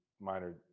minor